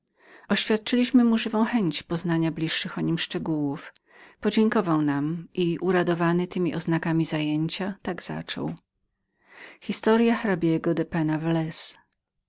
oświadczyliśmy mu żywą chęć poznania bliższych o nim szczegółów podziękował nam i uradowany temi oznakami zajęcia tak zaczął